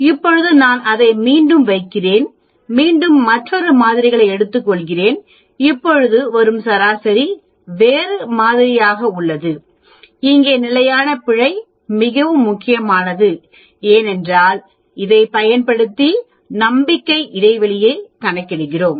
இப்போது நான் அதை மீண்டும் வைக்கிறேன் மீண்டும் மற்றொரு மாதிரிகளை எடுத்துக் கொள்கிறேன் இப்பொழுது வரும் சராசரி வேறு மாதிரியாக உள்ளது இங்கு நிலையான பிழை மிகவும் முக்கியமானது ஏனென்றால் இதைப் பயன்படுத்தி நம்பிக்கையை இடைவெளியை கணக்கிடுகிறோம்